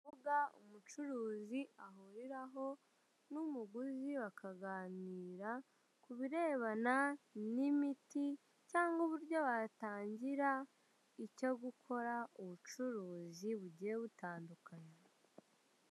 Urubuga umucuruzi ahuriraho n'umuguzi bakaganira ku birebana n'imiti cyangwa uburyo batangira icyo gukora, ubucuruzi bugiye butandukanye.